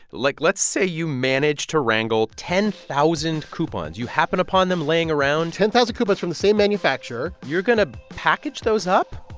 like, let's say you manage to wrangle ten thousand coupons you happen upon them laying around ten thousand coupons from the same manufacturer you're going to package those up.